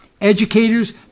educators